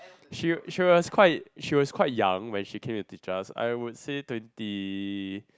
she she was quite she was quite young when she became a teachers I would say twenty